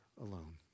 alone